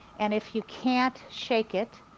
and if you can't shake it,